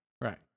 Right